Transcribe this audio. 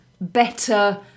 better